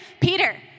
Peter